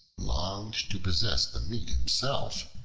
longed to possess the meat himself,